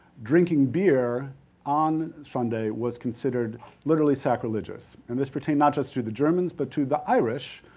drinking beer on sunday was considered literally sacrilegious and this pertained, not just to the germans, but to the irish,